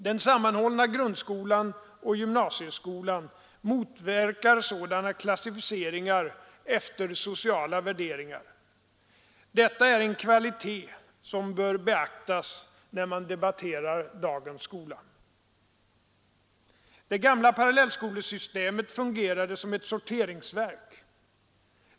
Den sammanhållna grundskolan och gymnasieskolan motverkar sådana klassificeringar efter sociala värderingar. Detta är en kvalitet som bör beaktas när man debatterar dagens skola. Det gamla parallellskolesystemet fungerade som ett sorteringsverk.